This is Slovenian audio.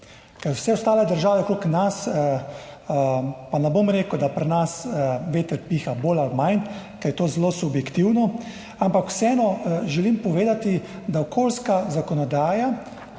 Ker vse ostale države okrog nas – pa ne bom rekel, da pri nas veter piha bolj ali manj, ker je to zelo subjektivno, ampak vseeno želim povedati, da je okoljska zakonodaja